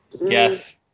Yes